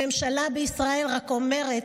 הממשלה בישראל רק אומרת,